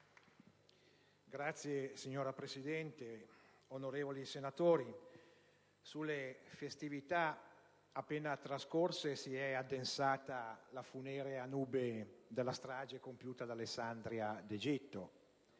Signora Presidente, onorevoli senatori, sulle festività appena trascorse si è addensata la funerea nube della strage compiuta ad Alessandria d'Egitto.